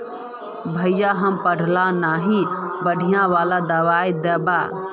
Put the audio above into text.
भैया हम पढ़ल न है बढ़िया वाला दबाइ देबे?